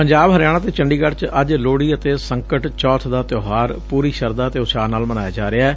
ਪੰਜਾਬ ਹਰਿਆਣਾ ਅਤੇ ਚੰਡੀਗੜ੍ ਚ ਅੱਜ ਲੋਹੜੀ ਅਤੇ ਸੰਕਟ ਚੌਥ ਦਾ ਤਿਉਹਾਰ ਪੂਰੀ ਸ਼ਰਧਾ ਅਤੇ ਉਤਸ਼ਾਹ ਨਾਲ ਮਨਾਇਆ ਜਾ ਰਿਹੈ